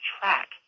track